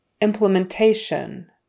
Implementation